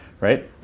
right